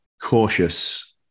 cautious